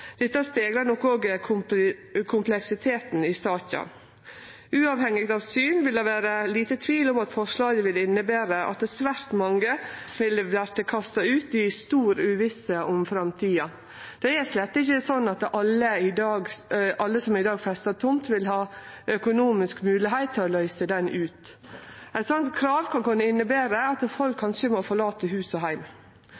Dette speglar nok òg kompleksiteten i saka. Uavhengig av syn, vil det vere liten tvil om at forslaga vil innebere at svært mange ville ha vorte kasta ut i stor uvisse om framtida. Det er slett ikkje slik at alle som i dag festar tomt, vil ha økonomisk mogelegheit til å løyse ho ut. Eit slikt krav vil kunne innebere at folk